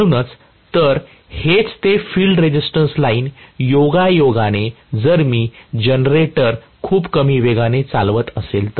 म्हणूनच तर हेच ते फील्ड रेझिस्टन्स लाईन योगायोगाने जर मी जनरेटर खूप कमी वेगाने चालवत असेल